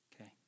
okay